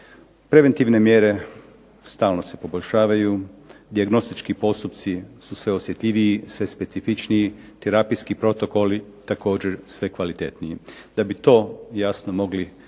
Preventivne mjere stalno se poboljšavaju, dijagnostički postupci su sve osjetljiviji, sve specifičniji, terapijski protokoli također sve kvalitetniji. Da bi to jasno mogli